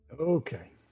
Okay